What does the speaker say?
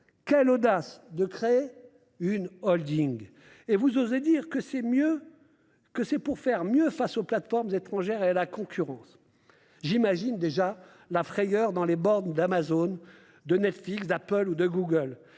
quelle audace ! -de créer ... une holding. Et vous osez dire que c'est pour mieux faire face aux plateformes étrangères et à la concurrence. J'imagine déjà la frayeur au sein des d'Amazon, de Netflix, d'Apple ou de Google